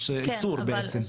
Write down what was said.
יש איסור בעצם.